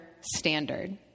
standard